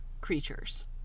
creatures